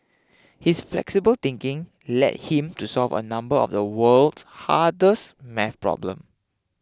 his flexible thinking led him to solve a number of the world's hardest math problems